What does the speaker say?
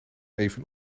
even